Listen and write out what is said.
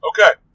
Okay